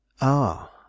Ah